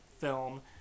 film